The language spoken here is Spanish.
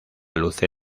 luce